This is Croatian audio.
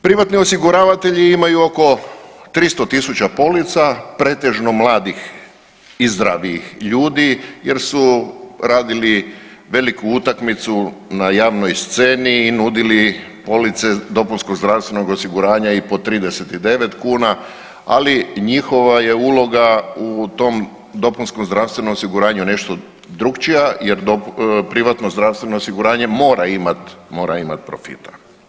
Privatni osiguravatelji imaju oko 300.000 polica pretežno mladih i zdravijih ljudi jer su radili veliku utakmicu na javnoj sceni i nudili police dopunskog zdravstvenog osiguranja i po 39 kuna, ali njihova je uloga u tom dopunskom zdravstvenom osiguranju nešto drukčija jer privatno zdravstveno osiguranje mora imat, mora imat profita.